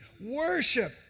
Worship